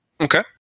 Okay